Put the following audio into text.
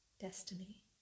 destiny